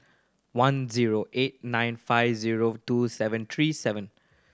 one zero eight nine five zero two seven three seven